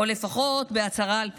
או לפחות בהצהרה על פיטורים.